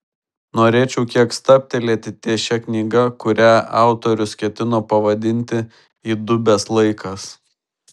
norėčiau kiek stabtelėti ties šia knyga kurią autorius ketino pavadinti įdubęs laikas